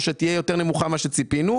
או שתהיה יותר נמוכה ממה שציפינו,